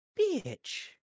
bitch